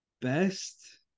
best